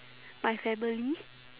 my family